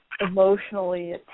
emotionally